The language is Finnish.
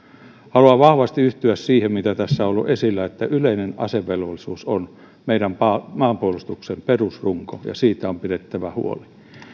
haluan vahvasti yhtyä siihen mitä tässä on ollut esillä että yleinen asevelvollisuus on meidän maanpuolustuksen perusrunko ja siitä on pidettävä huoli